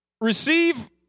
Receive